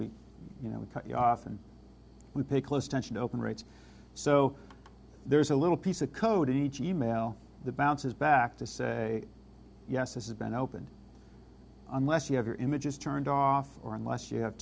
we you know we cut you off and we pay close attention open rights so there's a little piece of code in each email the bounces back to say yes this has been opened unless you have your images turned off or unless you have